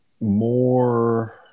more